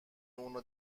اونو